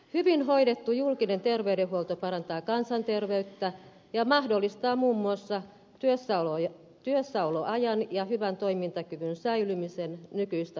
hyvin hoidettu julkinen terveydenhuolto parantaa kansanterveyttä ja mahdollistaa muun muassa työssäoloajan ja hyvän toimintakyvyn säilymisen nykyistä pidempään